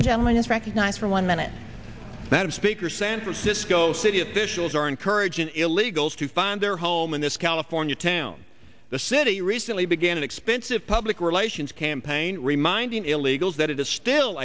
n gentleman is recognized for one minute that a speaker san francisco city officials are encouraging illegals to find their home in this california town the city recently began an expensive public relations campaign reminding illegals that it is still